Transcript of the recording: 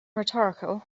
rhetorical